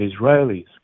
Israelis